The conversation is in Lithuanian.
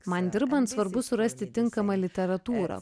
man dirbant svarbu surasti tinkamą literatūrą